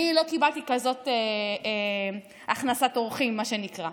אני לא קיבלתי כזאת הכנסת אורחים, מה שנקרא.